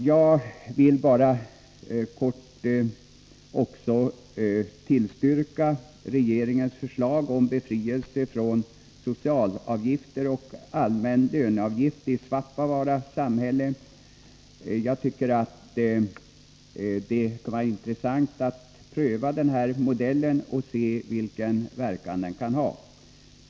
Jag vill slutligen tillstyrka regeringens förslag om befrielse från socialavgifter och allmän löneavgift i Svappavaara samhälle. Jag tycker att det kan vara intressant att pröva denna modell och se vilken verkan den kan få.